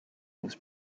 was